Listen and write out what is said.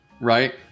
Right